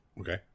Okay